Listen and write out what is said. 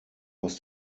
aus